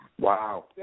Wow